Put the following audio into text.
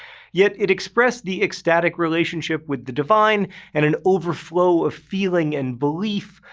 yet it expressed the ecstatic relationship with the divine and an overflow of feeling and belief.